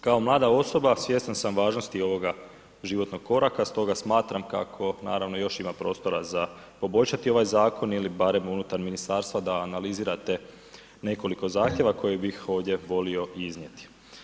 Kao mlada osoba svjestan sam važnosti ovoga životnog koraka, stoga smatram kako naravno još ima prostora za poboljšati ovaj zakon ili barem unutar ministarstva da analizirate nekoliko zahtjeva koje bih ovdje volio iznijeti.